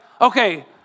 okay